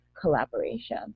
collaboration